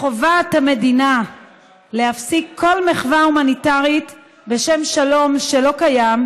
מחובת המדינה להפסיק כל מחווה הומניטרית בשם שלום שלא קיים,